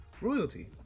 royalty